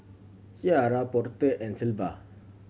Ciarra Porter and Sylva